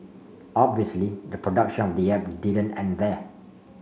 obviously the production of the app didn't end there